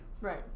Right